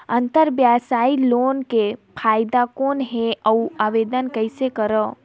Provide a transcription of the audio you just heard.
अंतरव्यवसायी लोन के फाइदा कौन हे? अउ आवेदन कइसे करव?